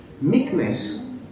meekness